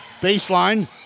baseline